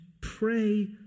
pray